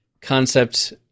concept